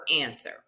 answer